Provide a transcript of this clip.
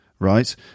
right